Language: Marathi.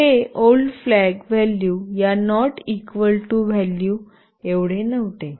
old flag old flag value या नॉट इक्वल टू व्हॅल्यू एवढे नव्हते